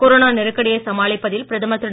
corona நெருக்கடியை சமாளிப்பதில் பிரதமர் திரு